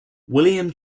william